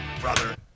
Brother